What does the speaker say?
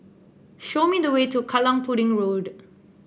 show me the way to Kallang Pudding Road